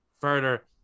further